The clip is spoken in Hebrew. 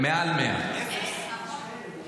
מעל 100. אפס.